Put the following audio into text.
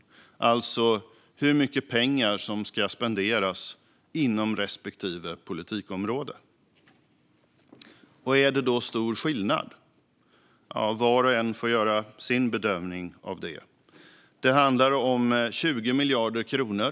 Det handlar alltså om hur mycket pengar som ska spenderas inom respektive politikområde. Är det då stor skillnad? Det får var och en får göra sin bedömning av. Det handlar om 20 miljarder kronor.